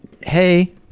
Hey